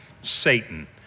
Satan